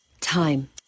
Time